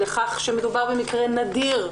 לכך שמדובר במקרה נדיר.